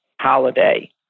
holiday